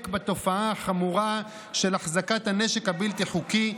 בתופעה החמורה של החזקת הנשק הבלתי-חוקי,